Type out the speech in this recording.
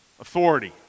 Authority